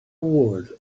word